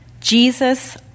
Jesus